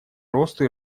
росту